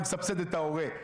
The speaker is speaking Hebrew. אני מסבסד את ההורה.